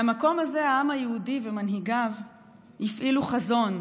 מהמקום הזה העם היהודי ומנהיגיו הפעילו חזון,